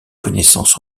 connaissances